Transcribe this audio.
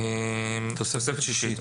התוספת השישית.